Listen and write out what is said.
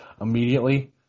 immediately